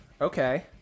Okay